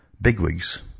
bigwigs